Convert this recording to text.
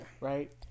Right